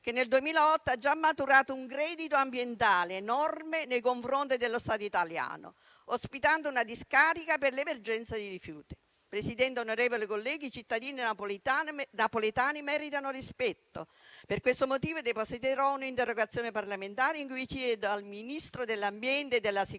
che nel 2008 ha già maturato un credito ambientale enorme nei confronti dello Stato italiano, ospitando una discarica per l'emergenza dei rifiuti. Presidente, onorevoli colleghi, i cittadini napoletani meritano rispetto. Per questo motivo depositerò un'interrogazione parlamentare in cui chiedo al Ministro dell'ambiente e della sicurezza